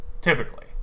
typically